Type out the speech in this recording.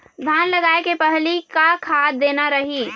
धान लगाय के पहली का खाद देना रही?